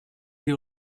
die